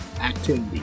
activity